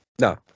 No